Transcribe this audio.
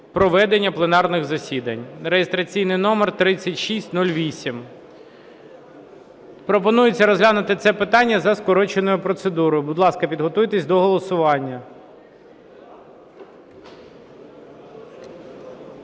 проведення пленарних засідань (реєстраційний номер 3608). Пропонується розглянути це питання за скороченою процедурою. Будь ласка, підготуйтесь до голосування.